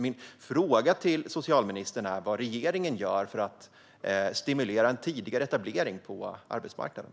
Min fråga till socialministern gäller vad regeringen gör för att stimulera tidigare etablering på arbetsmarknaden.